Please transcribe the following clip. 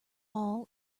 all